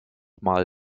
mal